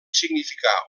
significar